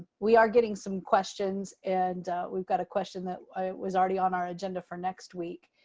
we are getting some questions and we've got a question that was already on our agenda for next week,